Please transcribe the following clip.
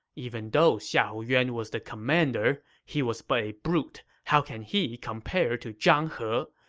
even though xiahou yuan was the commander, he was but a brute. how can he compare to zhang he?